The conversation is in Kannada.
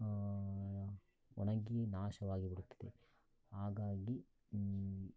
ಒಣಗಿ ನಾಶವಾಗಿ ಬಿಡುತ್ತದೆ ಹಾಗಾಗಿ